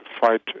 fight